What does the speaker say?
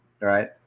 right